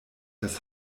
das